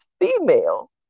female